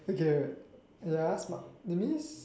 okay ya smart that means